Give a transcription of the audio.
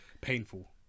painful